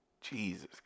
Jesus